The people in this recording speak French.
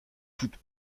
toute